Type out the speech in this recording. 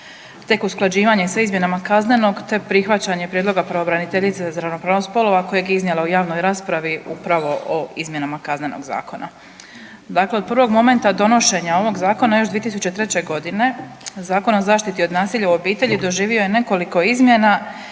tek usklađivanje sa izmjenama Kaznenog te prihvaćanje prijedloga pravobraniteljice za ravnopravnost spolova kojeg je iznijela u javnoj raspravu upravo o izmjenama Kaznenog zakona. Dakle, od prvog momenta donošenja ovog zakona još 2003.g. Zakona o zaštiti od nasilja u obitelji doživio je nekoliko izmjena